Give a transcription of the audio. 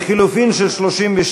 לחלופין של 32,